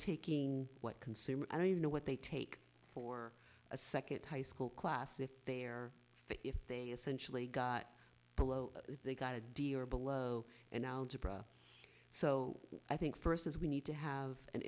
taking what consumer or you know what they take for a second high school class if they are fit if they essentially got below they got a d or below and algebra so i think first is we need to have an